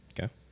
Okay